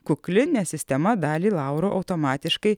kukli nes sistema dalį laurų automatiškai